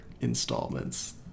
installments